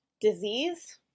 disease